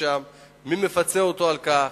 מי מפצה אותו על כך?